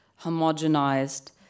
homogenized